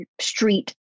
street